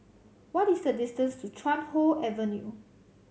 what is the distance to Chuan Hoe Avenue